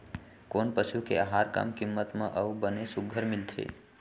कोन पसु के आहार कम किम्मत म अऊ बने सुघ्घर मिलथे?